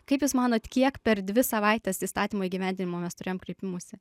kaip jūs manot kiek per dvi savaites įstatymo įgyvendinimo mes turėjom kreipimųsi